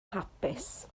hapus